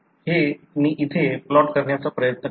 हे मी तिथे प्लॉट करण्याचा प्रयत्न करतो